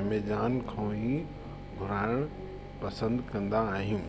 Amazon खां ई घुराइण पसंदि कंदा आहियूं